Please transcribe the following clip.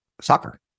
soccer